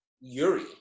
Yuri